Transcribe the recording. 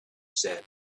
said